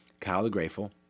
KyleTheGrateful